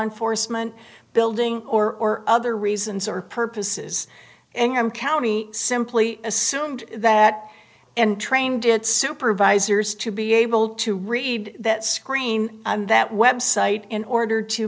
enforcement building or other reasons or purposes and county simply assumed that and trained it supervisors to be able to read that screen and that website in order to